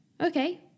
Okay